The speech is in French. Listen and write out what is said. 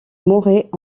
mourrait